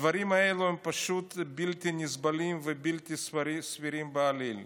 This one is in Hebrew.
הדברים האלה הם פשוט בלתי נסבלים ובלתי סבירים בעליל.